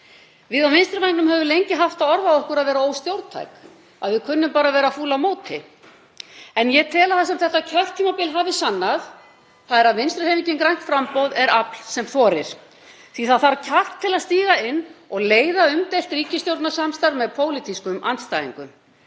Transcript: Við á vinstri vængnum höfum lengi haft það orð á okkur að vera óstjórntæk. Að við kunnum bara að vera fúl á móti. En ég tel að þetta kjörtímabil hafi sannað að Vinstrihreyfingin – grænt framboð er afl sem þorir. Það þarf kjark til að stíga inn og leiða umdeilt ríkisstjórnarsamstarf með pólitískum andstæðingum.